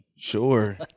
Sure